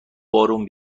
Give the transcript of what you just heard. بارون